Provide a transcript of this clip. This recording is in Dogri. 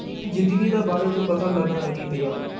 जिंदगी दे बारे च पता लग्गन लगी पेआ